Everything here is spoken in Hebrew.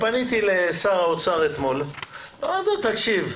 פניתי לשר האוצר אתמול ואמרתי לו: תקשיב,